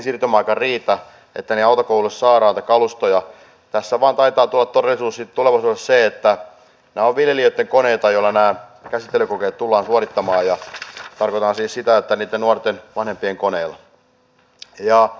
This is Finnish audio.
tässä vain taitaa tulla todellisuudessa sitten tulevaisuudessa se että nämä ovat viljelijöitten koneita joilla nämä käsittelykokeet tullaan suorittamaan tarkoitan siis sitä että niitten nuorten vanhempien koneilla